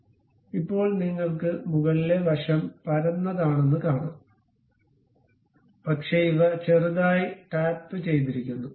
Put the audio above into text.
അതിനാൽ ഇപ്പോൾ നിങ്ങൾക്ക് മുകളിലെ വശം പരന്നതാണെന്ന് കാണാം പക്ഷേ ഇവ ചെറുതായി ടാപ്പുചെയ്തിരിക്കുന്നു